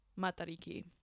Matariki